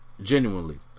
genuinely